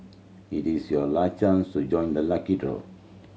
it is your last chance to join the lucky draw